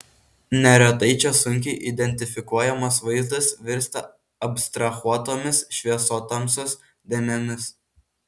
neretai čia sunkiai identifikuojamas vaizdas virsta abstrahuotomis šviesotamsos dėmėmis